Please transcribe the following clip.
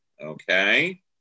Okay